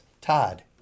Todd